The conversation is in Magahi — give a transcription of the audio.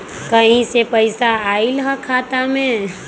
कहीं से पैसा आएल हैं खाता में?